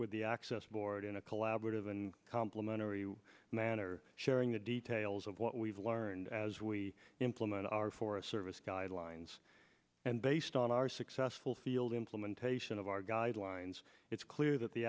with the access board in a collaborative and complimentary manner sharing the details of what we've learned as we implement our forest service guidelines and based on our successful field implementation of our guidelines it's clear that the